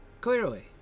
Clearly